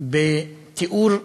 בתיאור חיובי.